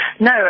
No